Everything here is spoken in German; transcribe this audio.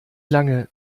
lange